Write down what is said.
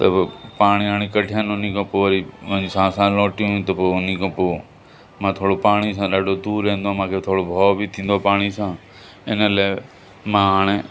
त बि पाणी वाणी कढियनि हुन खां पोइ वरी मुंहिंजी सांसा लौटियूं त हुन खां पोइ मां थोरो पाणी सां ॾाढो दूर रहंदो हुअमि मांखे थोरो भउ बि थींदो हुओ पाणीअ सां हिन लाइ मां हाणे